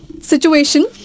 situation